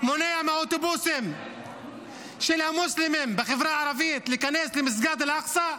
מונע מהאוטובוסים של המוסלמים בחברה הערבית להיכנס למסגד אל-אקצא.